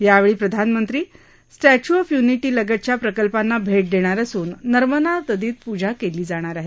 यावेळी प्रधानमंत्री Statue of Unity लगतच्या प्रकल्पांना भेट देणार असून नर्मदा नदीत पूजा ही करणार आहेत